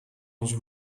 onze